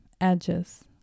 edges